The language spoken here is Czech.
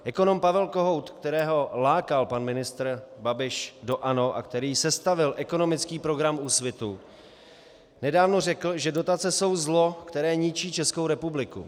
Ekonom Pavel Kohout, kterého lákal pan ministr Babiš do ANO a který sestavil ekonomický program Úsvitu, nedávno řekl, že dotace jsou zlo, které ničí Českou republiku.